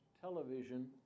television